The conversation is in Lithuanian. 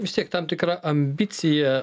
vis tiek tam tikra ambicija